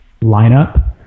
lineup